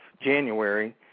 January